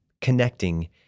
connecting